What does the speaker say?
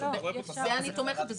זה אני תומכת בזה.